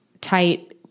tight